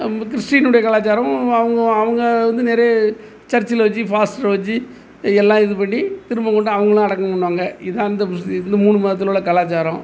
நம்ம கிறிஸ்டினுடைய கலாச்சாரம் அவங்க அவங்க வந்து நிறைய சர்ச்சில் வச்சு ஃபாஸ்டர் வச்சி எல்லா இது பண்ணி திரும்ப கொண்டு அவங்களும் அடக்கம் பண்ணுவாங்க இதான் அந்த இந்த மூணு மதத்தில் உள்ள கலாச்சாரம்